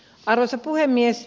arvoisa puhemies